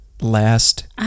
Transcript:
Last